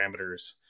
parameters